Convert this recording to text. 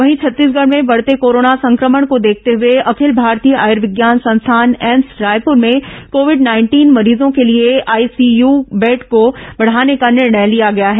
वहीं छत्तीसगढ़ में बढ़ते कोरोना संक्रमण को देखते हुए अखिल भारतीय आयुर्विज्ञान संस्थान एम्स रायपुर में कोविड नाइंटीन मरीजों के लिए आईसीयू बेड को बढ़ाने का निर्णय लिया गया है